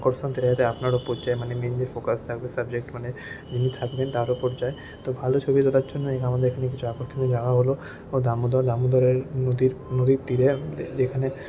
আকর্ষণ সেটা হচ্ছে আপনার ওপর যে মানে মেইন যে ফোকাস থাকবে সাবজেক্ট মানে যিনি থাকবেন তার ওপর যে তো ভালো ছবি তোলার জন্য আমাদের এখানে কিছু আকর্ষণীয় জায়গাগুলো ও দামোদর দামোদরের নদীর নদীর তীরে যেখানে